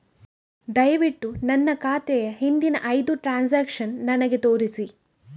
ದಯವಿಟ್ಟು ನನ್ನ ಖಾತೆಯ ಹಿಂದಿನ ಐದು ಟ್ರಾನ್ಸಾಕ್ಷನ್ಸ್ ನನಗೆ ತೋರಿಸಿ